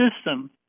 system